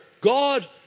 God